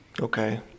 Okay